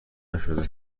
نشده